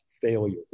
failure